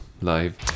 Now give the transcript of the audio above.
live